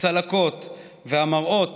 הצלקות והמראות